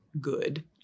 good